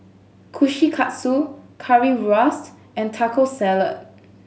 Kushikatsu Currywurst and Taco Salad